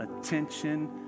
attention